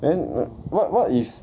then what what if